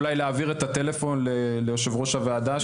אולי להעביר את הטלפון ליושב ראש הוועדה שיסתכל?